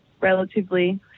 relatively